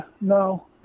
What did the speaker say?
no